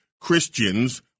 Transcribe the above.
Christians